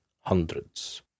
hundreds